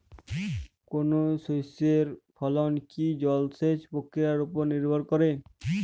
কোনো শস্যের ফলন কি জলসেচ প্রক্রিয়ার ওপর নির্ভর করে?